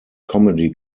comedy